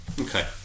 Okay